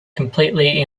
completely